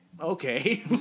okay